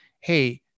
hey